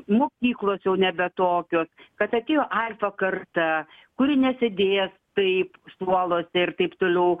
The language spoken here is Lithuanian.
mokyklos jau nebe tokios kad atėjo alfa karta kuri nesėdės taip suoluose ir taip toliau